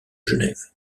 genève